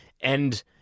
and-